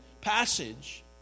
passage